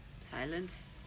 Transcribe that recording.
silence